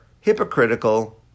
hypocritical